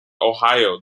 ohio